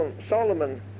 Solomon